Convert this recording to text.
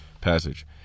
passage